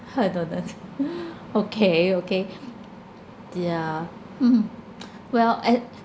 I don't know okay okay ya mm well at